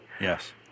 Yes